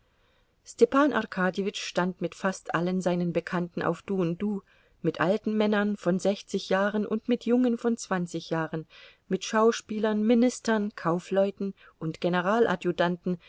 stepan arkadjewitsch stand mit fast allen seinen bekannten auf du und du mit alten männern von sechzig jahren und mit jungen von zwanzig jahren mit schauspielern ministern kaufleuten und